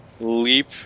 leap